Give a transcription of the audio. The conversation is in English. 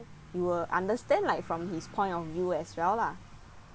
you will understand like from his point of view as well lah